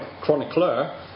Chronicler